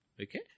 Okay